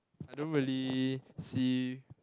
I don't really see